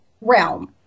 realm